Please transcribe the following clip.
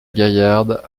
gaillarde